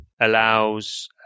allows